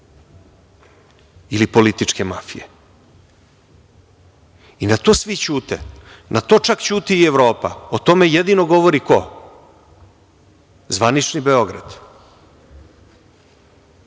ili političke mafije. I, na to svi ćute. Na to, čak ćuti i Evropa. O tome jedino govori ko? Zvanični Beograd. Da,